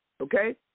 Okay